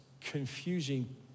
confusing